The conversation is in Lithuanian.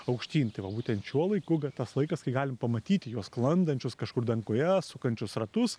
aukštyn tai va būtent šiuo laiku tas laikas kai galim pamatyti juos sklandančius kažkur danguje sukančius ratus